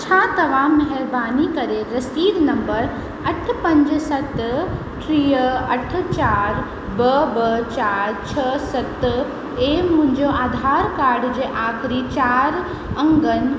छा तव्हां महिरबानी करे रसीद नम्बर अठ पंज सत टीह अठ चारि ॿ ॿ चारि छह सत ऐं मुंहिंजो आधार कार्ड जे आखिरी चारि अंगनि